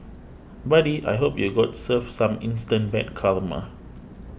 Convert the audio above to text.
buddy I hope you got served some instant bad karma